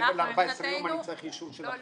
מעבר ל-14 יום אני צריך אישור של החברה.